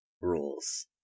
rules